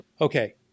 Okay